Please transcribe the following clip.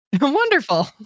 wonderful